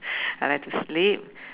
I like to sleep